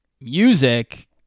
music